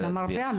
למרפאה.